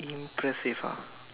impressive ah